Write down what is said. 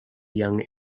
young